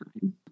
time